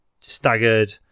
staggered